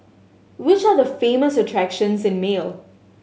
which are the famous attractions in Male